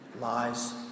lies